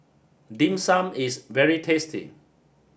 dim sum is very tasty